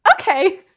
Okay